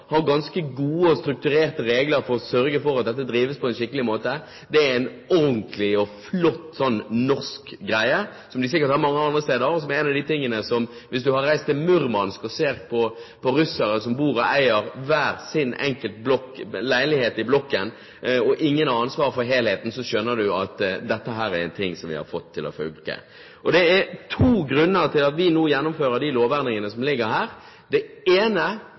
ganske gode og strukturerte regler for å sørge for at dette drives på en skikkelig måte – er en ordentlig og flott norsk greie. Dette har de sikkert mange andre steder også. Hvis du reiser til Murmansk og ser på russere som bor og eier hver sin leilighet i blokken, og ingen har ansvaret for helheten, skjønner du at dette er ting som vi har fått til å funke. Det er to grunner til at vi nå gjennomfører de lovendringene som ligger her. Det ene